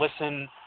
listen